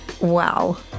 wow